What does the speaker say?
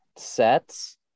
sets